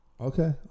Okay